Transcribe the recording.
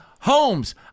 Homes